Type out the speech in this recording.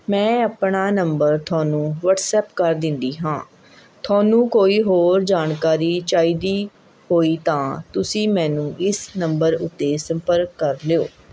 ਮੈਂ ਆਪਣਾ ਨੰਬਰ ਤੁਹਾਨੂੰ ਵਟਸਐਪ ਕਰ ਦਿੰਦੀ ਹਾਂ ਤੁਹਾਨੂੰ ਕੋਈ ਹੋਰ ਜਾਣਕਾਰੀ ਚਾਹੀਦੀ ਹੋਈ ਤਾਂ ਤੁਸੀਂ ਮੈਨੂੰ ਇਸ ਨੰਬਰ ਉੱਤੇ ਸੰਪਰਕ ਕਰ ਲਿਓ